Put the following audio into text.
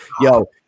yo